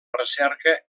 recerca